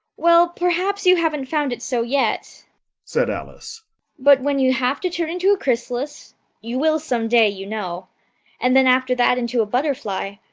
well, perhaps you haven't found it so yet said alice but when you have to turn into a chrysalis you will some day, you know and then after that into a butterfly,